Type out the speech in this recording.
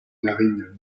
narines